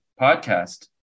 podcast